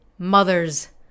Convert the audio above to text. mother's